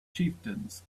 chieftains